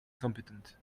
competent